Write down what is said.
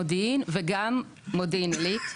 מודיעין וגם מודיעין עילית,